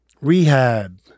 rehab